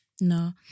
No